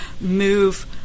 move